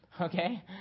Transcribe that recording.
okay